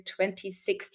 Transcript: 2016